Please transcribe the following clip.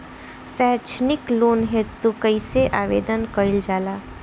सैक्षणिक लोन हेतु कइसे आवेदन कइल जाला?